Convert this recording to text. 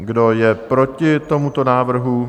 Kdo je proti tomuto návrhu?